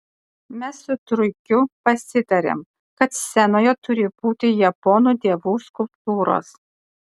mes su truikiu pasitarėm kad scenoje turi būti japonų dievų skulptūros